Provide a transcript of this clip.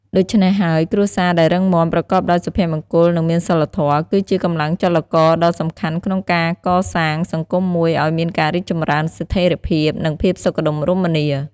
ដូច្នេះហើយ គ្រួសារដែលរឹងមាំ ប្រកបដោយសុភមង្គល និងមានសីលធម៌ គឺជាកម្លាំងចលករដ៏សំខាន់ក្នុងការកសាងសង្គមមួយឲ្យមានការរីកចម្រើន ស្ថេរភាព និងភាពសុខដុមរមនា។